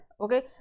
Okay